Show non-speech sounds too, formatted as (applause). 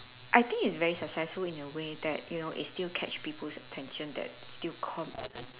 (noise) I think it's very successful in a way that you know it still catch people's attention that still come